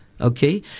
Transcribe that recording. Okay